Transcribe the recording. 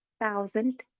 thousand